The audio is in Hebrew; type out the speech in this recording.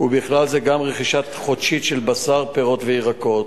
ובכלל זה רכישה חודשית של בשר, פירות וירקות.